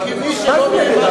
מה זה נגד ההלכה?